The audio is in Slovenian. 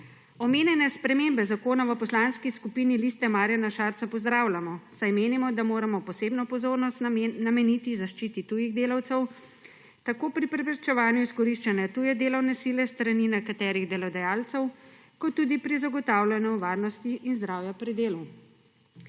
Omenjene spremembe zakona v Poslanski skupini Liste Marjana Šarca pozdravljamo, saj menimo, da moramo posebno pozornost nameniti zaščiti tujih delavcev tako pri preprečevanju izkoriščanja tuje delovne sile s strani nekaterih delodajalcev kot tudi pri zagotavljanju varnosti in zdravja pri delu.